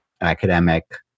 academic